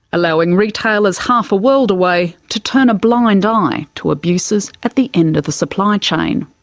allowing retailers half a world away to turn a blind eye to abuses at the end of the supply chain.